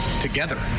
together